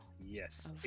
yes